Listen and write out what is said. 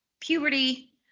puberty